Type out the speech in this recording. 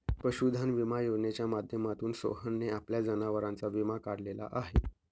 पशुधन विमा योजनेच्या माध्यमातून सोहनने आपल्या जनावरांचा विमा काढलेला आहे